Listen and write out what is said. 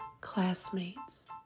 classmates